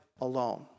alone